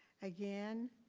again,